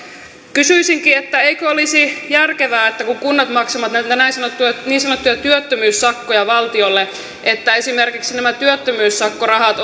kysyisinkin eikö olisi järkevää kun kun kunnat maksavat näitä niin sanottuja työttömyyssakkoja valtiolle että esimerkiksi nämä työttömyyssakkorahat